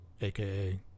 aka